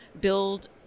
build